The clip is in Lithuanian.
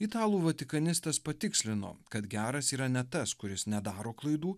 italų votikanistas patikslino kad geras yra ne tas kuris nedaro klaidų